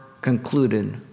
concluded